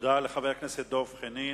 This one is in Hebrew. תודה לחבר הכנסת דב חנין.